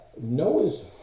Noah's